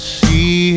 see